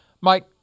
mike